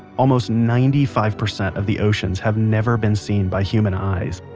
almost ninety five percent of the oceans have never been seen by human eyes.